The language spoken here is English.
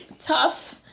tough